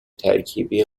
ترکیبی